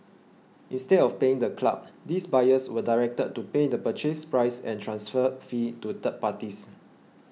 instead of paying the club these buyers were directed to pay the Purchase Price and transfer fee to third parties